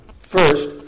First